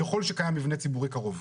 ככל שקיים מבנה ציבורי קרוב.